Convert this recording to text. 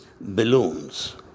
balloons